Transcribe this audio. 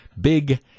big